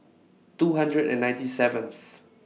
two hundred and ninety seventh